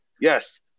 yes